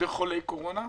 בחולי קורונה,